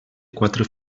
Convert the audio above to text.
quatre